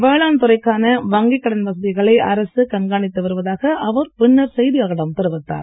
வேளாண் துறைக்கான வங்கிக் கடன் வசதிகளை அரசு கண்காணித்து வருவதாக அவர் பின்னர் செய்தியாளர்களிடம் தெரிவித்தார்